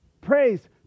Praise